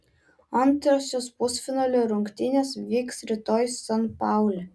antrosios pusfinalio rungtynės vyks rytoj san paule